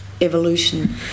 evolution